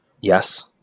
Yes